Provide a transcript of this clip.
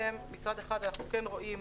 מצד אחד, אנחנו כן רואים